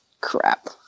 Crap